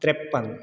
त्रेप्पन